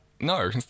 no